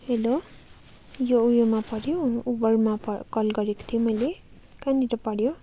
hello यो ऊ योमा पऱ्यो उबरमा कल गरेको थिएँ मैले कहाँनिर पऱ्यो